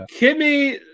Kimmy